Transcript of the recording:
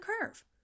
curve